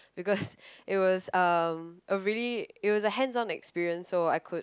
because it was um a really it was a hands on experience so I could